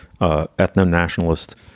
ethno-nationalist